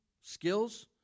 skills